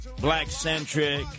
Black-centric